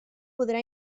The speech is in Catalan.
podrà